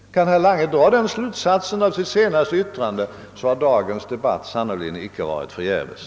Kan man av herr Langes senaste yttrande dra slutsatsen att så kommer att ske i sinom tid, har dagens debatt sannerligen icke varit förgäves.